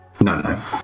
no